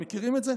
מכירים את זה?